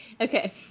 Okay